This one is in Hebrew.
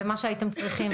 ומה שהייתם צריכים,